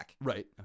Right